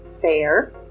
fair